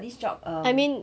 but this job um